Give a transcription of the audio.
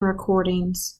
recordings